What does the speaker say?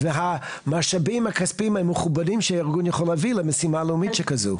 והמשאבים הכספיים המכובדים שהארגון יכול להביא למשימה לאומית שכזו?